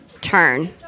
turn